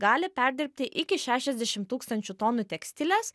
gali perdirbti iki šešiasdešim tūkstančių tonų tekstilės